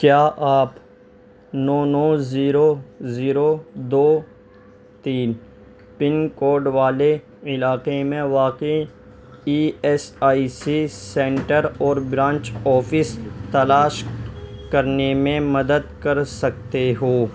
کیا آپ nine nine zero zero دو تین پن کوڈ والے علاقے میں واقع E S I C centre اور برانچ آفس تلاش کرنے میں مدد کر سکتے ہو